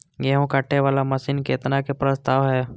गेहूँ काटे वाला मशीन केतना के प्रस्ताव हय?